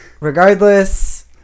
Regardless